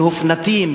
מהופנטים,